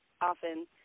often